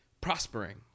prospering